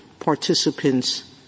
participants